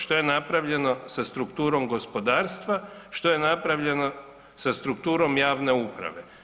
Što je napravljeno sa strukturom gospodarstva, što je napravljeno sa strukturom javne uprave?